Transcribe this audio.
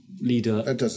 Leader